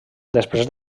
després